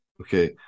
Okay